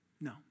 No